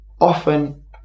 often